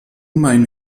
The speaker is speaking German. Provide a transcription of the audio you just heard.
mein